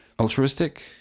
altruistic